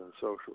social